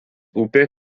upė